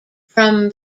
from